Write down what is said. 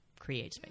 CreateSpace